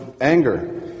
anger